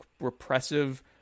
repressive